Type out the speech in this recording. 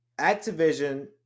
Activision